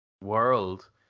world